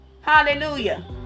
hallelujah